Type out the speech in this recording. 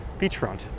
beachfront